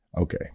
okay